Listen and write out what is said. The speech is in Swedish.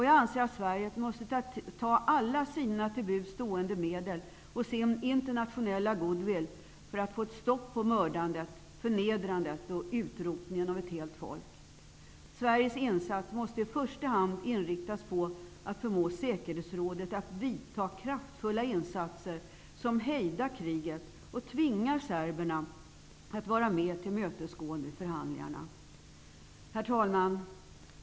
Jag anser att Sverige måste använda alla sina till buds stående medel och sin internationella goodwill för att få ett stopp på mördandet, förnedrandet och utrotningen av ett helt folk. Sveriges insats måste i första hand inriktas på att förmå säkerhetsrådet att vidta kraftfulla insatser som hejdar kriget och tvingar serberna att vara mera tillmötesgående vid förhandlingarna. Herr talman!